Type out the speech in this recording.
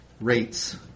rates